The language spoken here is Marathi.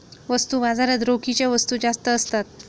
वस्तू बाजारात रोखीच्या वस्तू जास्त असतात